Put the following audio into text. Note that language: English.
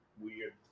weird